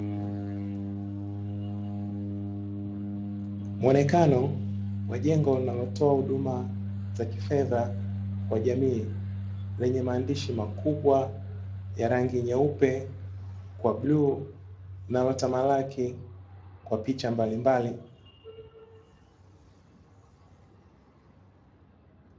Mwonekano wa jengo linalotoa huduma za kifedha kwa jamii, lenye maandishi makubwa ,ya rangi nyeupe kwa bluu, linalotamalaki Kwa picha mbalimbali.